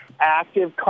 active